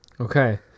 Okay